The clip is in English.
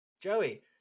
Joey